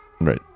Right